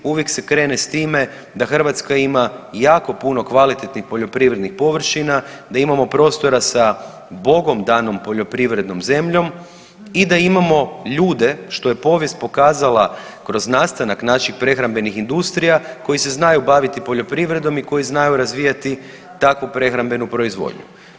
Uvijek se krene sa time da Hrvatska ima jako puno kvalitetnih poljoprivrednih površina, da imamo prostora sa bogom danom poljoprivrednom zemljom i da imamo ljude što je povijest pokazala kroz nastanak naših prehrambenih industrija koje se znaju baviti poljoprivredom i koji znaju razvijati takvu prehrambenu proizvodnju.